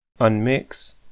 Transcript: unmix